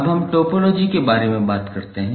अब हम टोपोलॉजी के बारे में बात करते हैं